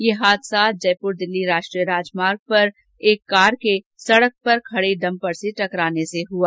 ये हादसा जयपुर दिल्ली राष्ट्रीय राजेमार्ग पर एक कार के सड़क पर खड़े ट्रक से टकराने से जुआ